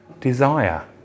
desire